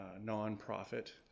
non-profit